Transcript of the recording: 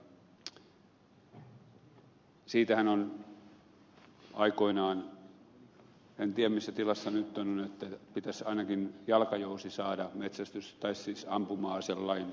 siitähän on aikoinaan puhuttu en tiedä missä tilassa asia nyt on että pitäisi ainakin jalkajousi saada ampuma aselain piiriin